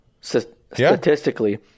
Statistically